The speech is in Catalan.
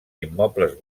immobles